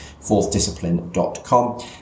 fourthdiscipline.com